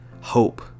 hope